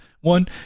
one